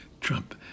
Trump